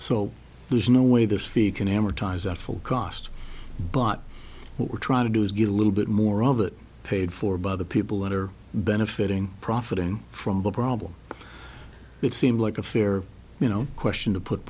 so there's no way this fee can amortize that full cost but what we're trying to do is get a little bit more of it paid for by the people that are benefiting profiting from the problem it seemed like a fair you know question to put